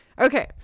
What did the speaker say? okay